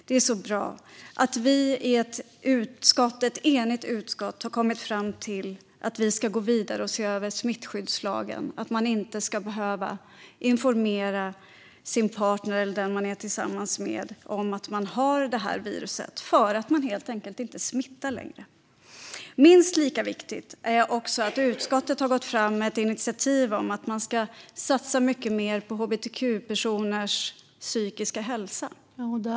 Det är så bra att ett enigt utskott har kommit fram till att vi ska gå vidare och se över smittskyddslagen. Man ska inte behöva informera sin partner, eller den man är tillsammans med, om att man har det här viruset eftersom man helt enkelt inte smittar längre. Minst lika viktigt är att utskottet har gått fram med ett initiativ om att man ska satsa mycket mer på hbtq-personers psykiska hälsa.